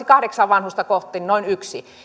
kahdeksaa vanhusta kohti noin yksi